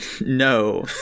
No